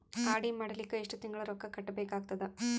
RD ಮಾಡಲಿಕ್ಕ ಎಷ್ಟು ತಿಂಗಳ ರೊಕ್ಕ ಕಟ್ಟಬೇಕಾಗತದ?